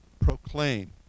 proclaim